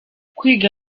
kwiga